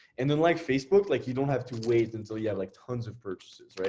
and then like facebook, like you don't have to wait until you have like tons of purchases.